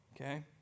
Okay